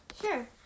Sure